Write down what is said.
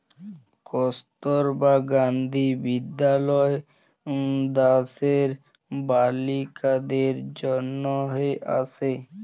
কস্তুরবা গান্ধী বিদ্যালয় দ্যাশের বালিকাদের জনহে আসে